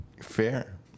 fair